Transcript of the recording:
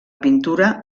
pintura